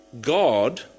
God